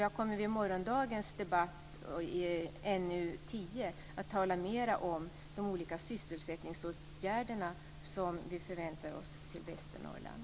Jag kommer i morgondagens debatt med anledning av näringsutskottets betänkande nr 10 att tala mera om de sysselsättningsåtgärder som vi förväntar oss i Västernorrland.